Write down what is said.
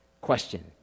Question